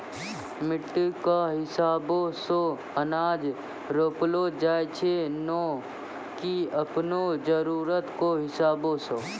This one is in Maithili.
मिट्टी कॅ हिसाबो सॅ अनाज रोपलो जाय छै नै की आपनो जरुरत कॅ हिसाबो सॅ